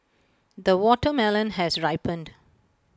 the watermelon has ripened